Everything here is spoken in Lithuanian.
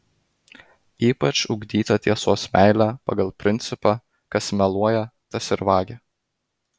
ypač ugdyta tiesos meilė pagal principą kas meluoja tas ir vagia